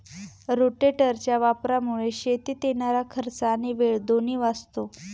रोटेटरच्या वापरामुळे शेतीत येणारा खर्च आणि वेळ दोन्ही वाचतो